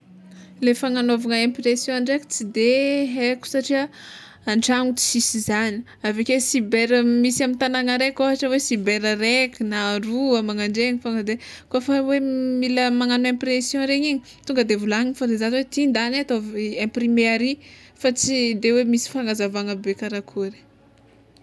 Le fagnanaovana impression ndraiky tsy de haiko satria an-tragno tsisy zany aveke cyber misy amy tagnagna raiky ôhatra hoe cyber raiky na roa magnandregny fôgna de kôfa hoe mila magnagno impression regny igny tonga de volagniny fô ze zaza hoe ty ndana e ataovy imprime ery fa tsy de hoe misy fagnazavana be karakôry.